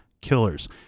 killers